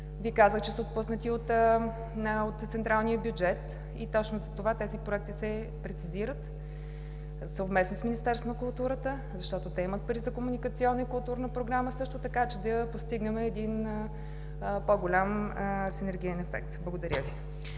Ви казах, че са отпуснати от централния бюджет. Точно затова тези проекти се прецизират съвместно с Министерство на културата, защото те имат пари за комуникационна и културна програма, а също така и да постигнем един по-голям синергиен ефект. Благодаря Ви.